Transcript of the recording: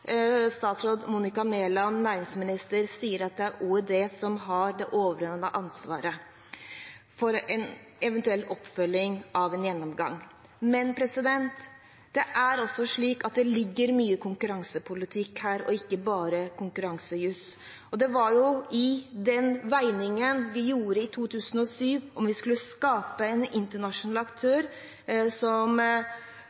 det er Olje- og energidepartementet som har det overordnede ansvaret for en eventuell oppfølging av en gjennomgang. Men det er også slik at det ligger mye konkurransepolitikk her, og ikke bare konkurransejus, og det var jo den veiingen vi gjorde i 2007, om vi skulle skape en internasjonal